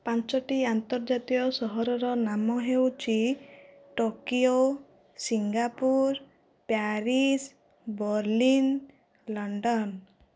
ପାଞ୍ଚଟି ଆନ୍ତର୍ଜାତୀୟ ସହରର ନାମ ହେଉଛି Tokyo Singapore Paris Berlin London